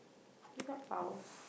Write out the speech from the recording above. give ang-bao